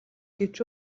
гэж